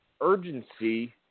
urgency